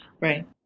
Right